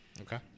Okay